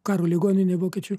karo ligoninė vokiečių